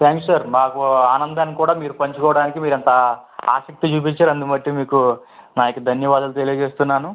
thanks sir మాకు ఆనందాన్ని కూడా మీరు పంచుకోవడానికి మీరంత ఆసక్తి చూపిచ్చారు అందును బట్టి మీకు నా యొక్క ధన్యవాదాలు తెలియజేస్తున్నాను